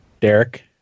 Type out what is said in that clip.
Derek